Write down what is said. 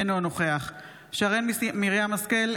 אינו נוכח שרן מרים השכל,